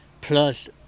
plus